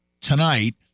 tonight